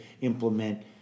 implement